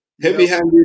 Heavy-handed